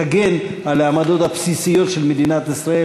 תגן על העמדות הבסיסיות של מדינת ישראל